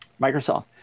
Microsoft